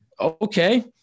okay